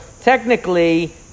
technically